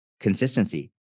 Consistency